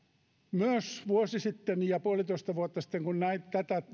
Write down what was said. myös vuosi sitten ja puolitoista vuotta sitten kun tätä